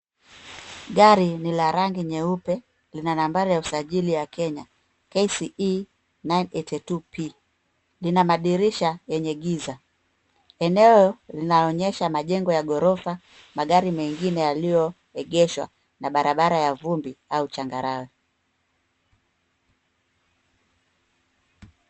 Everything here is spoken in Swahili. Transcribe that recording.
Gari ni la rangi nyeupe, lina nambari ya usajili ya Kenya, KCE 982P.Lina madirisha yenye giza. Eneo linaonyesha majengo ya ghorofa, magari mengine yaliyoegeshwa na barabara ya vumbi au changarawe.